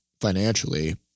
financially